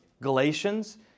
Galatians